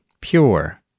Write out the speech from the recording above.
pure